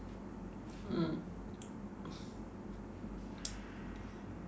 mm